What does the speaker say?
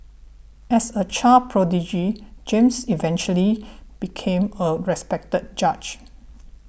as a child prodigy James eventually became a respected judge